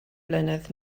flynedd